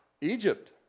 Egypt